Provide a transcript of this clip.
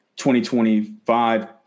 2025